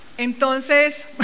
Entonces